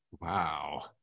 Wow